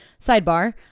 sidebar